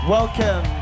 Welcome